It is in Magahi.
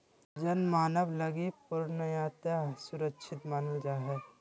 जल मानव लगी पूर्णतया सुरक्षित मानल जा हइ